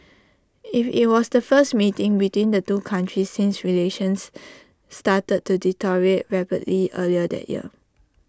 IT it was the first meeting between the two countries since relations started to deteriorate rapidly earlier that year